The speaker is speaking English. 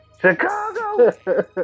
Chicago